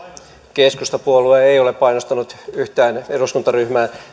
keskustapuolue ei ole painostanut yhtään eduskuntaryhmää